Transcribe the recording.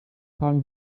tragen